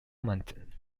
mountain